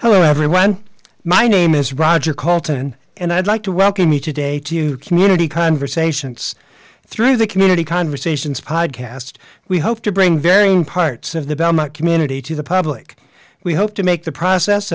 hello everyone my name is roger colton and i'd like to welcome you today to community conversations through the community conversations podcast we hope to bring varying parts of the belmont community to the public we hope to make the process